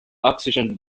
oxygen